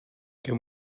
can